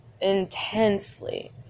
intensely